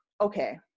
okay